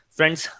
Friends